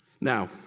Now